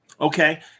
Okay